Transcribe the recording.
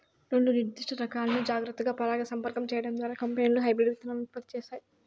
రెండు నిర్దిష్ట రకాలను జాగ్రత్తగా పరాగసంపర్కం చేయడం ద్వారా కంపెనీలు హైబ్రిడ్ విత్తనాలను ఉత్పత్తి చేస్తాయి